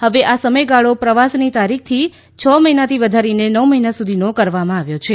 હવે આ સમયગાળો પ્રવાસની તારીખથી છ મહિનાથી વધારીને નવ મહિના સુધીનો કરવામાં આવ્યો છે